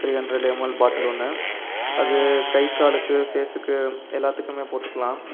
three hundred ml bottle ஒன்று அது கை காலுக்கு ஃபேஸுக்கு எல்லாத்துக்குமே போட்டுக்கலாம்